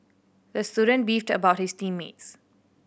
the student beefed about his team mates